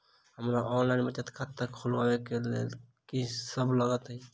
हमरा ऑनलाइन बचत खाता खोलाबै केँ लेल की सब लागत?